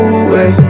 away